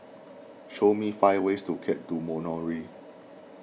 show me five ways to get to Moroni